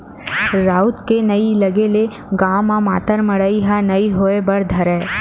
राउत के नइ लगे ले गाँव म मातर मड़ई ह नइ होय बर धरय